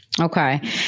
Okay